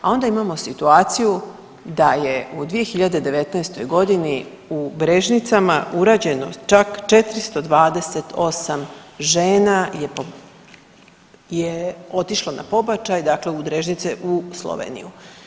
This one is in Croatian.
A onda imamo situaciju da je u 2019. g. u Drežnicama urađeno čak 428 žena je otišlo na pobačaj dakle u Drežnice u Sloveniju.